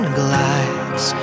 glides